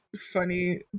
funny